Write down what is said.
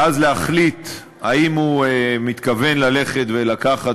ואז להחליט אם הוא מתכוון ללכת ולקחת,